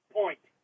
point